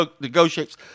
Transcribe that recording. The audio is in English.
negotiates